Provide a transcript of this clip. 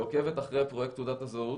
היחידה עוקבת אחרי פרויקט תעודת הזהות,